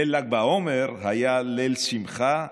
ליל ל"ג בעומר היה ליל שמחה,